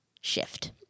shift